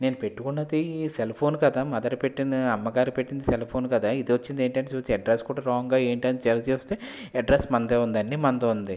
నేను పెట్టుకున్నది cell phone కదా మదర్ పెట్టిన అమ్మగారికి పెట్టింది సెల్ ఫోన్ కదా ఇది వచ్చింది ఏంటి అని చూస్తే అడ్రస్ కూడా రాంగ్ ఏంటి అని చెక్ చేస్తే అడ్రస్ మనదే ఉందండి మనదే ఉంది